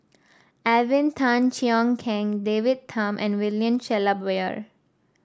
Alvin Tan Cheong Kheng David Tham and William Shellabear